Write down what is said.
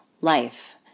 life